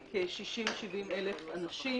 כ-60,000-70,000 אנשים.